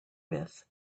with